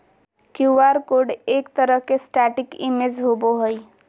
Q R code एक तरह के स्टेटिक इमेज होबो हइ